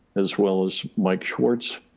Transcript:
as well as mike schwartz,